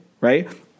Right